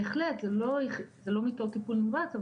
בהחלט זה לא מיטות טיפול נמרץ,